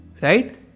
Right